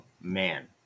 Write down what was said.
Man